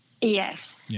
Yes